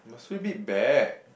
must we bid bear